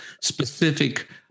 specific